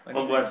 Kong-Guan